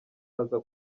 aza